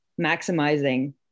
maximizing